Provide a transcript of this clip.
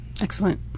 Excellent